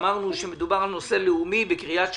מדובר בנושא לאומי בקריית שמונה,